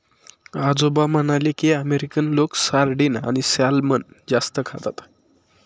आजोबा म्हणाले की, अमेरिकन लोक सार्डिन आणि सॅल्मन जास्त खातात